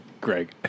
Greg